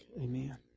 Amen